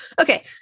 okay